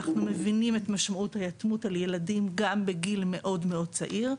ואנחנו מבינים את משמעות היתמות על ילדים גם בגיל מאוד מאוד צעיר.